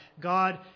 God